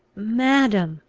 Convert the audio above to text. madam!